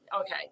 okay